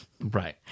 Right